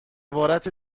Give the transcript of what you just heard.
عبارت